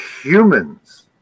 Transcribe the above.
humans